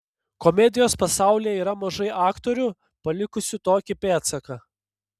komedijos pasaulyje yra mažai aktorių palikusių tokį pėdsaką